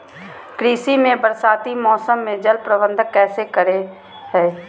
कृषि में बरसाती मौसम में जल प्रबंधन कैसे करे हैय?